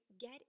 get